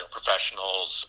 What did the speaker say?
professionals